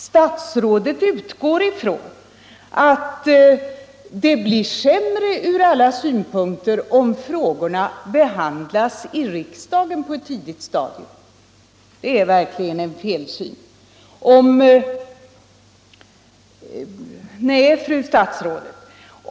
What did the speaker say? Statsrådet utgår ifrån att det blir sämre ur alla synpunkter, om frågorna behandlas i riksdagen på ett tidigt stadium. Det är verkligen en felsyn.